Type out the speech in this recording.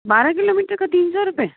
बारह किलोमीटर का तीन सौ रुपये